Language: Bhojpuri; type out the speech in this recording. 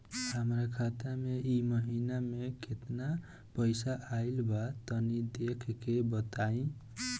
हमरा खाता मे इ महीना मे केतना पईसा आइल ब तनि देखऽ क बताईं?